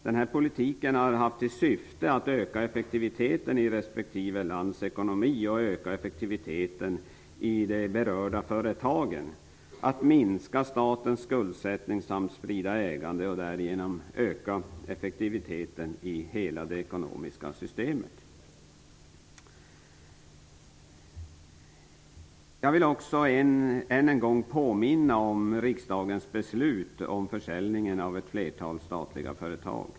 Den här politiken har haft till syfte att öka effektiviteten i respektive lands ekonomi och att öka effektiviteten i de berörda företagen, att minska statens skuldsättning samt sprida ägande och därigenom öka effektiviteten i hela det ekonomiska systemet. Jag vill också än en gång påminna om riksdagens beslut om försäljning av ett flertal statliga företag.